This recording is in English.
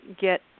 get